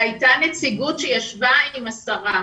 היתה נציגות שישבה עם השרה.